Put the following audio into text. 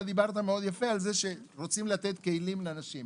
אתה דיברת מאוד יפה על זה שרוצים לתת כלים לאנשים.